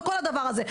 וכל הדבר הזה.